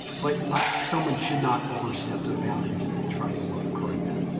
but ah someone should not overstep their boundaries and try to ah correct that.